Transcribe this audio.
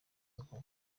koko